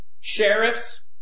sheriffs